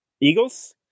Eagles